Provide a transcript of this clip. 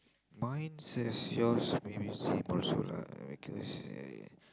mine says yours maybe same also lah because